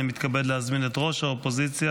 אני מתכבד להזמין את יושב-ראש האופוזיציה